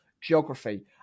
geography